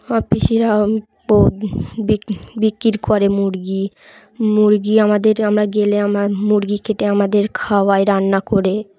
আমার পিসিরা বিক বিক্রি করে মুরগি মুরগি আমাদের আমরা গেলে আমরা মুরগি কেটে আমাদের খাওয়াই রান্না করে